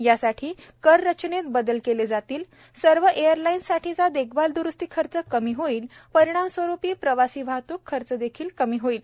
यासाठी कर रचनेत बदल केले जातील सर्व एअरलाईन्स साठीचा देखभाल द्रुस्ती खर्च कमी होईल परिणामस्वरूपी प्रवासी वाहतूक खर्च देखील कमी होईल